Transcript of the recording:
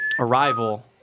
Arrival